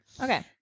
okay